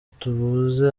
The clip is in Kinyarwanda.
tubuze